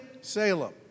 Salem